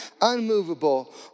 unmovable